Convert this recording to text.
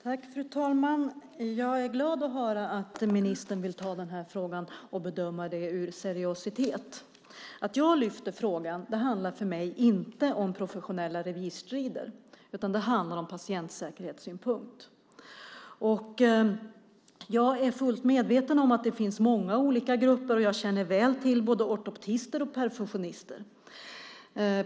Fru talman! Jag är glad att höra att ministern vill bedöma den här frågan med seriositet. Det handlar för mig inte om professionella revirstrider utan om patientsäkerhetssynpunkt. Jag är fullt medveten om att det finns många olika grupper. Jag känner väl till både ortoptister och perfusionister.